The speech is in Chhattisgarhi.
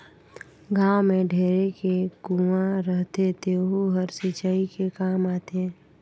गाँव में ढेरे के कुँआ रहथे तेहूं हर सिंचई के काम आथे